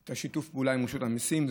את שיתוף הפעולה עם רשות המיסים.